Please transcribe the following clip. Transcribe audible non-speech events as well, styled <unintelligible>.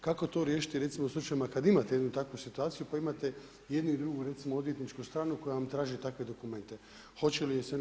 Kako to riješiti recimo u slučajevima kada imate jednu takvu situaciju pa imate jednu i drugu recimo odvjetničku stranu koja vam traži takve dokumente, hoće li je ... <unintelligible> ili ne?